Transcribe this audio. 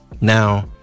Now